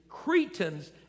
Cretans